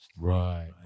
Right